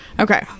Okay